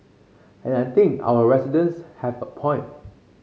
and I think our residents have a point